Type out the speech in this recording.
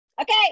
okay